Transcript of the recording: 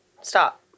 stop